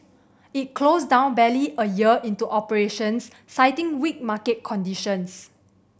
it closed down barely a year into operations citing weak market conditions